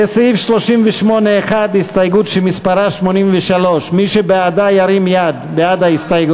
לסעיף 38(1) הסתייגות מס' 83. מי שבעד ההסתייגות ירים את ידו,